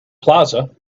plaza